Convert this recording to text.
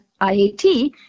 IAT